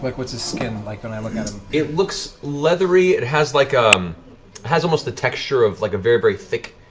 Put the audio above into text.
like what's his skin like when i look at him? matt it looks leathery. it has like um has almost the texture of like a very, very thick